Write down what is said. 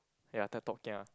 ya Ted Talk kia